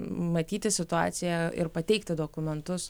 matyti situaciją ir pateikti dokumentus